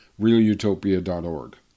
realutopia.org